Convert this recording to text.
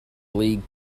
league